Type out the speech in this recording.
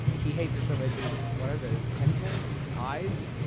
he hates it so much, his. what are those, tendrils? eyes?